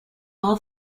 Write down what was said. all